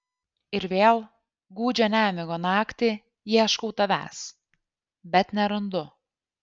ir vėl gūdžią nemigo naktį ieškau tavęs bet nerandu